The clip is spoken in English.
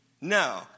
No